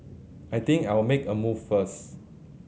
I think I'll make a move first